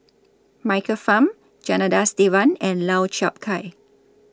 Michael Fam Janadas Devan and Lau Chiap Khai